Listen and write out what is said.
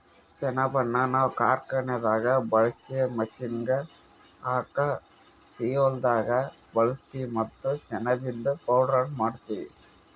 ಸೆಣಬನ್ನ ನಾವ್ ಕಾರ್ಖಾನೆದಾಗ್ ಬಳ್ಸಾ ಮಷೀನ್ಗ್ ಹಾಕ ಫ್ಯುಯೆಲ್ದಾಗ್ ಬಳಸ್ತೀವಿ ಮತ್ತ್ ಸೆಣಬಿಂದು ಪೌಡರ್ನು ಮಾಡ್ತೀವಿ